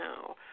now